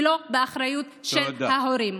ולא באחריות של ההורים.